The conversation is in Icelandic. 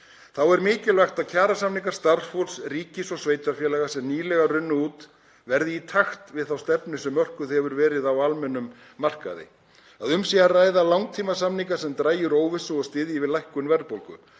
Þá er mikilvægt að kjarasamningar starfsfólks ríkis og sveitarfélaga sem nýlega runnu út verði í takt við þá stefnu sem mörkuð hefur verið á almennum markaði, að um sé að ræða langtímasamninga sem dragi úr óvissu og styðji við lækkun verðbólgu.